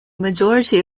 majority